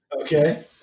Okay